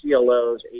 CLOs